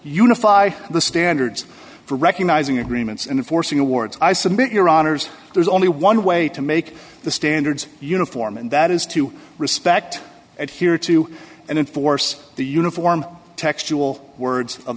unify the standards for recognizing agreements and forcing awards i submit your honors there's only one way to make the standards uniform and that is to respect it here too and enforce the uniform textual words of